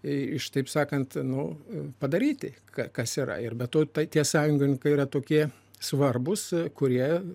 iš taip sakant nu padaryti ką kas yra ir be to tai tie sąjungininkai yra tokie svarbūs kurie